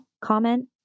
comment